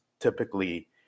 typically